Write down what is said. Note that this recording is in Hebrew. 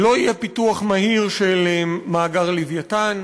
לא יהיה פיתוח מהיר של מאגר "לווייתן".